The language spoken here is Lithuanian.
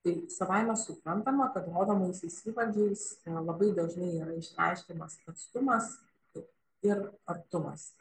tai savaime suprantama kad rodomaisiais įvardžiais labai dažnai yra išreiškiamas atstumas kaip ir artumas